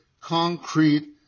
concrete